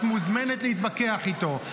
את מוזמנת להתווכח איתו,